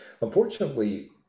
Unfortunately